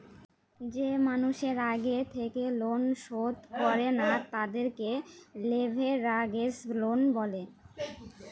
যে মানুষের আগে থেকে লোন শোধ করে না, তাদেরকে লেভেরাগেজ লোন বলে